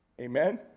Amen